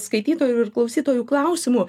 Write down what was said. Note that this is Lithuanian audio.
skaitytojų ir klausytojų klausimų